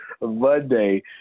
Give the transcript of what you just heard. Monday